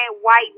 white